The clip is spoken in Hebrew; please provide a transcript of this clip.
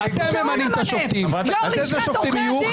אתם ממנים את השופטים, אז איזה שופטים יהיו?